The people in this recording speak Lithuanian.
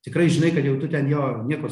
tikrai žinai kad jau tu ten jo nieko